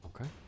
Okay